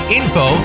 info